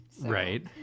Right